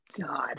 God